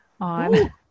on